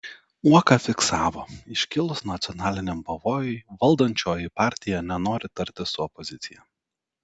uoka fiksavo iškilus nacionaliniam pavojui valdančioji partija nenori tartis su opozicija